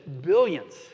billions